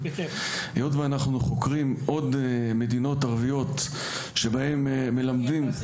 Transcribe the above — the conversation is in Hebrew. היות ואנחנו חוקרים עוד מדינות ערביות שבהן מלמדים --- מי אתה?